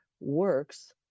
works